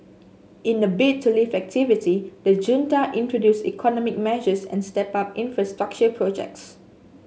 in a bid to lift activity the junta introduced economic measures and stepped up infrastructure projects